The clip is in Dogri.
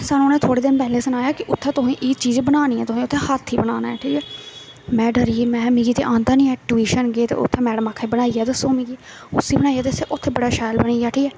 सानूं उ'नें थोह्ड़े दिन पैह्ले सनाया कि उत्थें तुसें एह् चीज बनानी ऐ तुसें उत्थें हाथी बनाना ऐ ठीक ऐ में डरी गेई महां मिगी ते आंदा निं ऐ टवीशन गेई ते उत्थै मैडम आक्खा दी बनाइयै दस्सो मिगी उसी बनाइयै दस्सेआ उत्थैं बड़ा शैल बनी गेआ ठीक ऐ